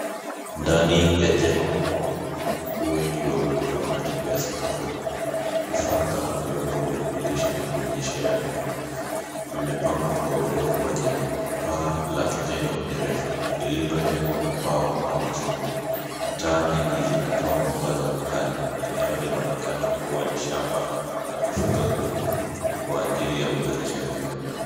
Ndani ya jengo kubwa, kuku wengi weupe wanatembea sakafuni. Vifaa kama vyombo vya kulisha na kunyeshea, vimepangwa kwa urefu wa jengo. Paa la jengo ni refu, lililojengwa kwa mbao au chuma, na taa nyingi zinatoa mwangaza mkali. Eneo linaonekana kuwa ni shamba la kufuga kuku, kwa ajili ya uzalishaji wa nyama.